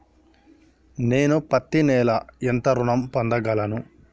నేను పత్తి నెల ఎంత ఋణం పొందగలను?